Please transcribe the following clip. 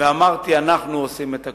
אמרתי: אנחנו עושים את הכביש.